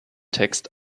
text